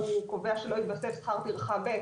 קובע שלא יתווסף שכר טרחה ב',